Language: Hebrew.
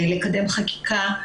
לקדם חקיקה.